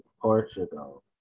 Portugal